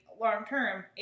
long-term